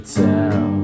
tell